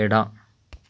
ಎಡ